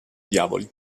diavoli